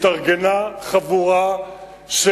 התארגנה חבורה של